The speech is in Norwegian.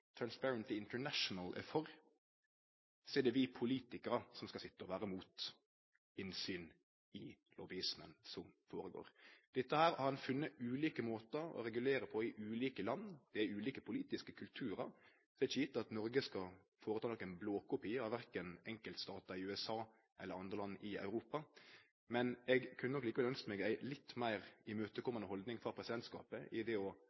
er for – at det er vi politikarar som skal vere mot innsyn i lobbyismen som føregår. Dette har ein funne ulike måtar å regulere på i ulike land. Det er ulike politiske kulturar. Det er ikkje gjeve at Noreg skal lage ein blåkopi verken av det ein finn i einskilde statar i USA eller i andre land i Europa, men eg kunne nok likevel ønskt meg ei litt meir imøtekomande haldning frå presidentskapet i det